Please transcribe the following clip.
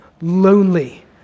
lonely